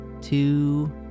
two